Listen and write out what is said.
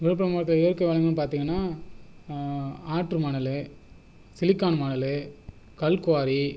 விழுப்புரம் மாவட்ட இயற்கை வளங்கள்னு பார்த்தீங்கனா ஆற்று மணல் சிலிக்கான் மணல் கல் குவாரி